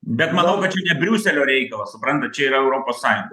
bet manau kad čia ne briuselio reikalas suprantat čia yra europos sąjunga